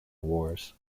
wars